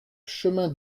chemin